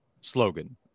slogan